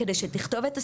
כדי שתכתוב את הסטנדרט,